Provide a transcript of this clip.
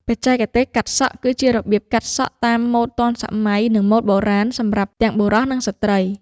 បច្ចេកទេសកាត់សក់ ក៏ជារបៀបកាត់សក់តាមម៉ូដទាន់សម័យ និងម៉ូដបុរាណ សម្រាប់ទាំងបុរស និងស្ត្រី។